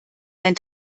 dein